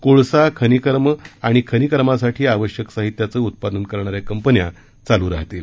कोळसा खनिकर्म आणि खनिकर्मासाठी आवश्यक साहित्याचं उत्पादन करणाऱ्या कंपन्या चालू राहतील